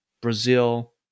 Brazil